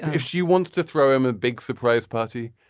if she wants to throw him a big surprise party.